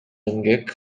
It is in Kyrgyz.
эмгек